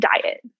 diet